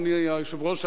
אדוני היושב-ראש,